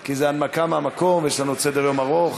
כי זו הנמקה מהמקום ויש לנו עוד סדר-יום ארוך.